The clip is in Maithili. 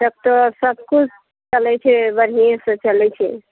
ट्रैक्टर सबकिछु चलय छै बढ़ियेंसँ चलय छै